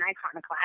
iconoclast